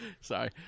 Sorry